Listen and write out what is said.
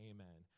Amen